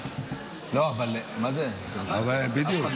לא, אבל מה זה, בדיוק.